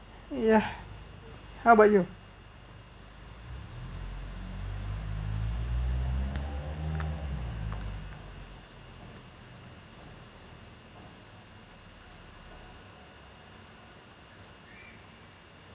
ya how about you